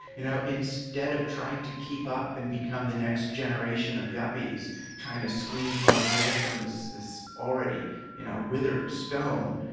you know instead of trying to keep up and become the next generation of yuppies trying to squeeze more blood from this this already you know withered stone,